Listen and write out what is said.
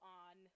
on